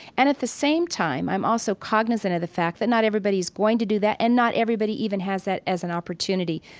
and at the same time, i'm also cognizant of the fact that not everybody's going to do that and not everybody even has that as an opportunity.